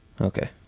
Okay